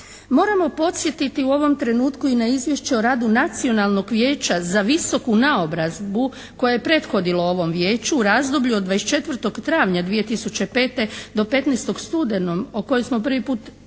Moramo podsjetiti u ovom trenutku i na Izvješće o radu Nacionalnog vijeća za visoku naobrazbu koje je prethodilo ovom vijeću u razdoblju od 24. travnja 2005. do 15. studenog, o kojem smo prvi put